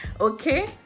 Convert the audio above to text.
okay